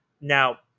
Now